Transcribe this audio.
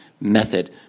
method